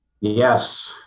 Yes